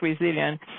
resilient